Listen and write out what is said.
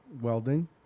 Welding